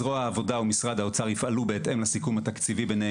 זרוע העבודה ומשרד האוצר יפעלו בהתאם לסיכום התקציבי ביניהם